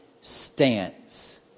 stance